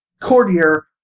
courtier